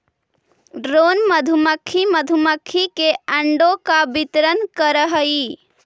drone मधुमक्खी मधुमक्खी के अंडों का वितरण करअ हई